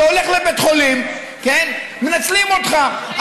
אתה הולך לבית חולים, מנצלים אותך.